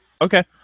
okay